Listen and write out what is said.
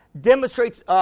demonstrates